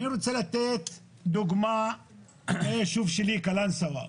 אני רוצה לתת דוגמה מהישוב שלי קלנסואה,